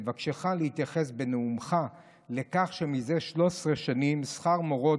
נבקשך להתייחס בנאומך לכך שמזה 13 שנים שכר מורות